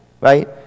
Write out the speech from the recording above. right